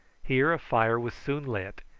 here a fire was soon lit,